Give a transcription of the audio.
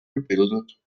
gebildet